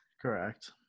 Correct